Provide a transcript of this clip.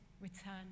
return